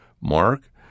Mark